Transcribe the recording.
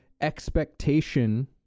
expectation